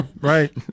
Right